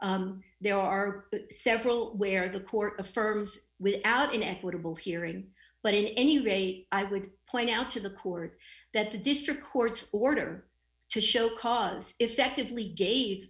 there are several where the court affirms without an equitable hearing but in any ray i would point out to the court that the district court's order to show cause effectively ga